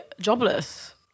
jobless